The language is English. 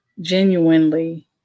genuinely